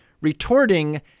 retorting